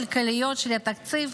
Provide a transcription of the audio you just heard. תקציב